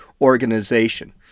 organization